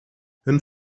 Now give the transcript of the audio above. hun